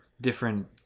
different